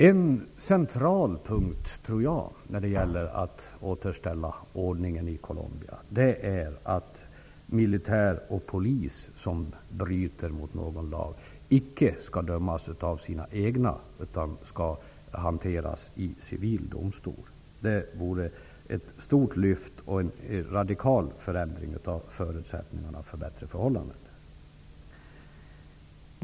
En central punkt när det gäller att återställa ordningen i Colombia är att militär och polis som bryter mot lagen icke skall dömas av sina egna, utan av en civil domstol. Det vore ett stort lyft och en radikal förbättring av förutsättningarna för bättre förhållanden.